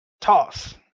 Toss